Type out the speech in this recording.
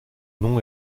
nom